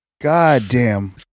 goddamn